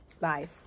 life